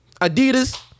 Adidas